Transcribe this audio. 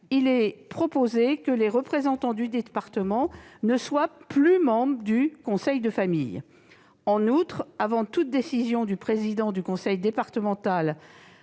il est proposé que les représentants du département ne soient plus membres du conseil de famille. En outre, avant toute décision du président du conseil départemental